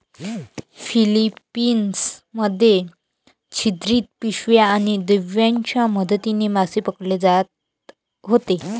Philippines मध्ये छिद्रित पिशव्या आणि दिव्यांच्या मदतीने मासे पकडले जात होते